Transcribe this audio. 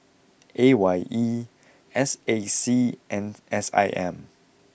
A Y E S A C and S I M